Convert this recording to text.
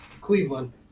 Cleveland